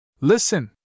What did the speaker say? Listen